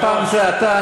הפעם זה אתה,